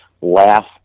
laugh